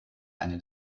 eine